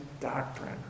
doctrine